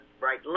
right